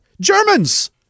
Germans